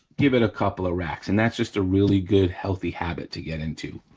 give it a couple of racks, and that's just a really good healthy habit to get into.